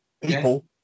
people